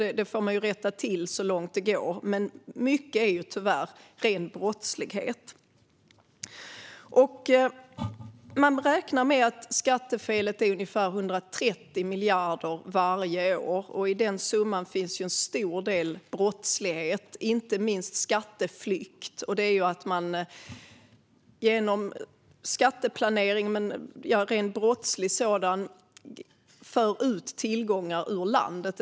Dem får man rätta till så långt det går. Men mycket är tyvärr ren brottslighet. Man räknar med att skattefelet är ungefär 130 miljarder varje år. I den summan finns en stor del som härrör från brottslighet, inte minst skatteflykt, som innebär att man genom brottslig skatteplanering för ut tillgångar ur landet.